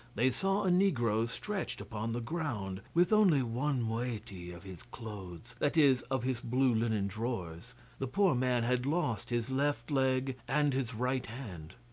they saw a negro stretched upon the ground, with only one moiety of his clothes, that is, of his blue linen drawers the poor man had lost his left leg and his right hand.